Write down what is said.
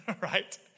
right